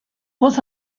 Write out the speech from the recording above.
poz